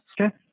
Okay